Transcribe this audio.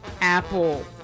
Apple